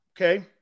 okay